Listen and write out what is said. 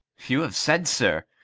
you have said, sir.